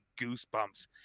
goosebumps